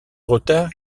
retard